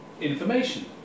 information